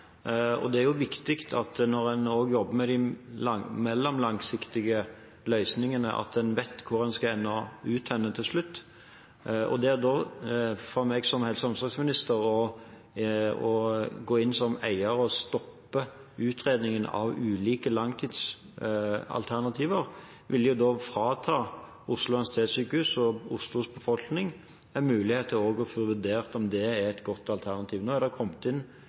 Det er jo viktig, når en nå jobber med de mellomlangsiktige løsningene, at en vet hvor en skal ende til slutt. Og da for meg som helse- og omsorgsminister å gå inn som eier og stoppe utredningen av ulike langtidsalternativer vil frata Oslo universitetssykehus og Oslos befolkning en mulighet til å få vurdert om det er et godt alternativ. Nå er det kommet inn